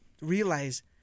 realize